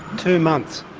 two months?